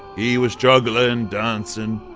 he was juggling. dancing.